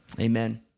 Amen